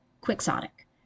quixotic